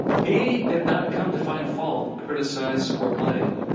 he did not come to find fault, criticize, or blame.